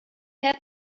have